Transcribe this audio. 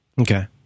Okay